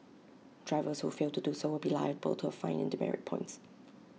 drivers who fail to do so will be liable to A fine and demerit points